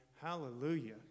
hallelujah